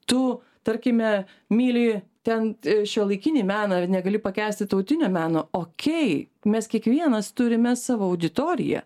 tu tarkime myli ten šiuolaikinį meną negali pakęsti tautinio meno okei mes kiekvienas turime savo auditoriją